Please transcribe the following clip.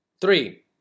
Three